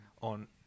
on